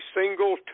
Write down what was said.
single